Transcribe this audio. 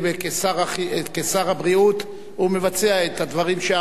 כשר הבריאות הוא מבצע את הדברים שאמר.